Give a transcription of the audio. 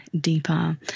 deeper